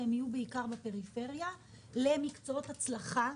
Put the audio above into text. והם יהיו בעיקר בפריפריה למקצועות הצלחה.